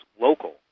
local